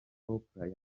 oprah